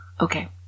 Okay